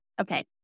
okay